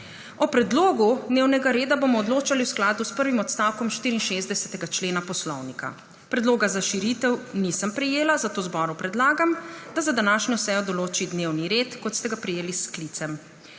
O predlogu dnevnega reda bomo odločali v skladu s prvim odstavkom 64. člena Poslovnika. Predloga za širitev nisem prejela, zato zboru predlagam, da za današnjo sejo določi dnevni red, kot ste ga prejeli s sklicem.